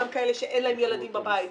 גם כאלה שאין להם ילדים בבית,